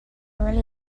really